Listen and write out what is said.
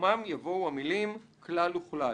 ובמקומה יבואו המילים: "כלל וכלל".